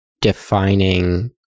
defining